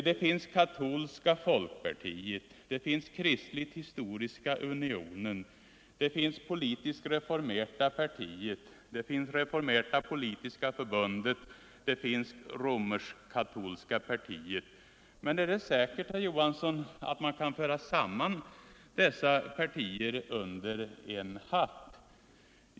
Nu finns exempelvis katolska folkpartiet, kristligt-historiska unionen, reformerta partiet, reformerta unionen samt romersk-katolska partiet. Men är det säkert, herr Johansson, att man kan föra samman dessa partier under en hatt?